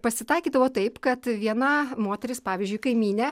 pasitaikydavo taip kad viena moteris pavyzdžiui kaimynė